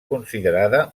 considerada